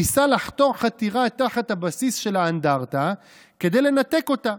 ניסה לחתור חתירה תחת הבסיס של האנדרטה כדי לנתק אותה,